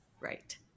Right